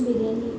biryani